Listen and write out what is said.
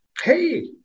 Hey